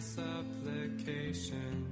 supplication